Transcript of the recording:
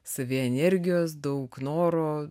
savyje energijos daug noro